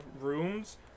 rooms